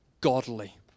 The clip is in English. godly